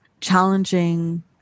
challenging